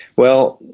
well,